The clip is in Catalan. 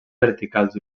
verticals